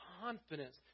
confidence